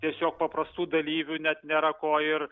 tiesiog paprastų dalyvių net nėra ko ir